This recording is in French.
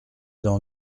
dans